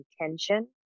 intention